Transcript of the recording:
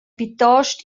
plitost